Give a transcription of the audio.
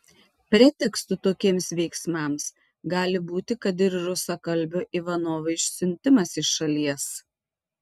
pretekstu tokiems veiksmams gali būti kad ir rusakalbio ivanovo išsiuntimas iš šalies